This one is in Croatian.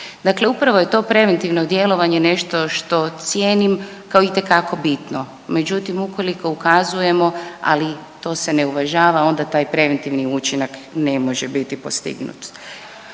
Dakle, upravo je to preventivno djelovanje nešto što cijenim kao itekako bitno. Međutim, ukoliko ukazujemo ali to se ne uvažava, onda taj preventivni učinak ne može biti postignut.